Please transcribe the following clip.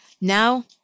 Now